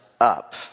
up